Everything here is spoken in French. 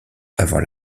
avant